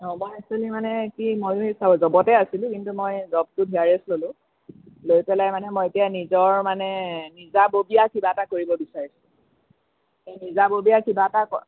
অ মই একচুয়েলি মানে কি মইও জবতে আছিলোঁ কিন্তু মই জবটো ভিআৰএচ ল'লোঁ লৈ পেলাই মানে মই এতিয়া নিজৰ মানে নিজাববীয়া কিবা এটা কৰিব বিচাৰিছোঁ নিজাববীয়া কিবা এটা ক